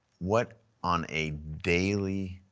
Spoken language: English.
what on a daily,